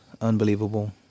unbelievable